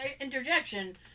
interjection